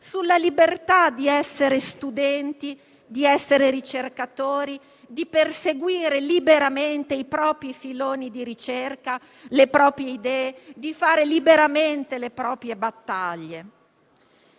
sulla libertà di essere studenti e ricercatori, di perseguire liberamente i propri filoni di ricerca e le proprie idee e di fare liberamente le proprie battaglie.